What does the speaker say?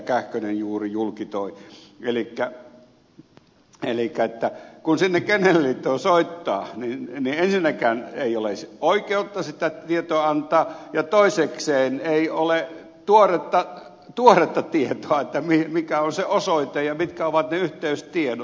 kähkönen juuri julki toi että kun sinne kennelliittoon soittaa niin ensinnäkään ei ole oikeutta sitä tietoa antaa ja toisekseen ei ole tuoretta tietoa siitä mikä on se osoite ja mitkä ovat ne yhteystiedot